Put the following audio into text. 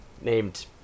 named